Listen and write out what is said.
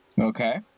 Okay